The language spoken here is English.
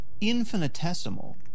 infinitesimal